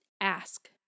Ask